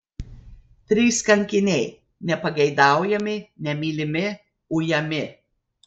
trys kankiniai nepageidaujami nemylimi ujami